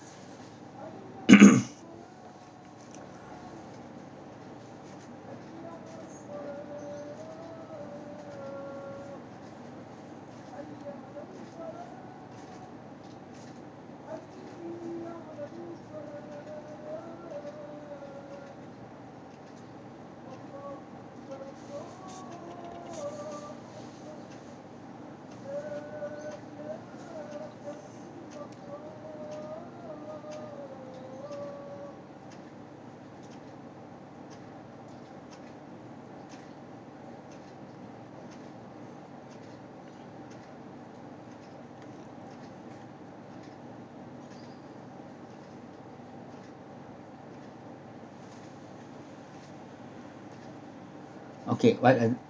okay but then